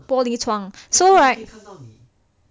玻璃窗